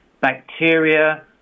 bacteria